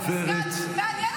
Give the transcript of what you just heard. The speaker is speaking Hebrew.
שמעתי,